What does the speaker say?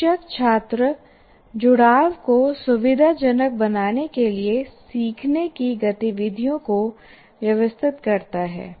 शिक्षक छात्र जुड़ाव को सुविधाजनक बनाने के लिए सीखने की गतिविधियों को व्यवस्थित करता है